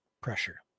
pressure